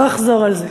לא אחזור על זה.